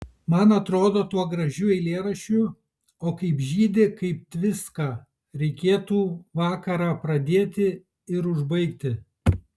man atrodo tuo gražiu eilėraščiu o kaip žydi kaip tviska reikėtų vakarą pradėti ir užbaigti